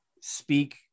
speak